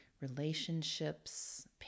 relationships